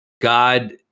God